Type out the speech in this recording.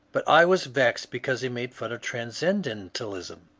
but i was vexed because he made fun of transcendentalism.